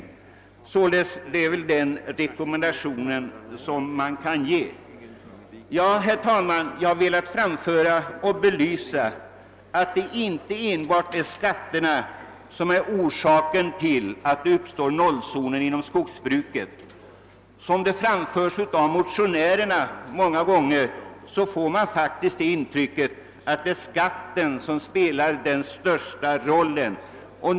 Det är väl den rekommendation som man kan ge. Herr talman! Jag har här velat belysa att skatterna inte är den enda orsaken till att det uppstår nollzoner inom skogsbruket. Av motioner i ämnet får man många gånger faktiskt det intrycket, att skatten spelar den största rollen därvidlag.